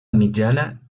mitjana